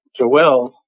Joelle